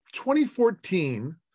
2014